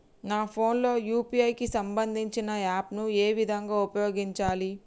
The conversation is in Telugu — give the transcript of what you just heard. నా ఫోన్ లో యూ.పీ.ఐ కి సంబందించిన యాప్ ను ఏ విధంగా ఉపయోగించాలి?